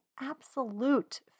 absolute